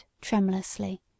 tremulously